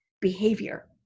behavior